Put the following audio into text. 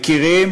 מכירים